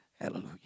Hallelujah